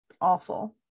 awful